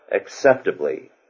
acceptably